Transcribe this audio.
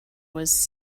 was